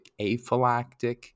aphylactic